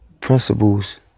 Principles